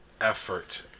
effort